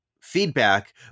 feedback